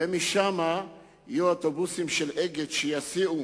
ומשם יהיו אוטובוסים של "אגד" שיסיעו